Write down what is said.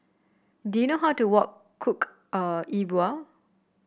do you know how to work cook Yi Bua